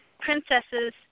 Princesses